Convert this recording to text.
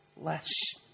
less